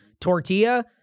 tortilla